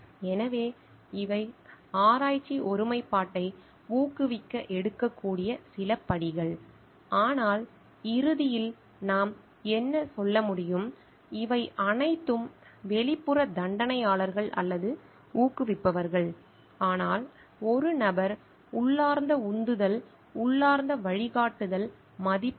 எனவே இவை ஆராய்ச்சி ஒருமைப்பாட்டை ஊக்குவிக்க எடுக்கக்கூடிய சில படிகள் ஆனால் இறுதியில் நாம் என்ன சொல்ல முடியும் இவை அனைத்தும் வெளிப்புற தண்டனையாளர்கள் அல்லது ஊக்குவிப்பவர்கள் ஆனால் ஒரு நபர் உள்ளார்ந்த உந்துதல் உள்ளார்ந்த வழிகாட்டுதல் மதிப்பு